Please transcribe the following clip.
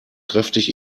kräftig